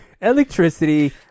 electricity